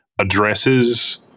addresses